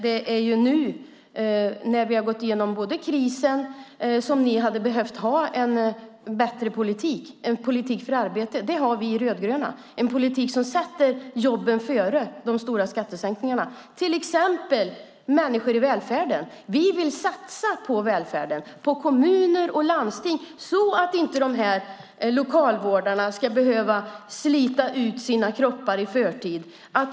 Det är nu när vi gått igenom krisen som ni hade behövt ha en bättre politik, Sven Otto Littorin, en politik för arbete. Det har vi rödgröna. Vi har en politik som sätter jobben före stora skattesänkningar. Vi vill satsa på välfärden, på kommuner och landsting, så att lokalvårdarna inte ska behöva slita ut sina kroppar i förtid.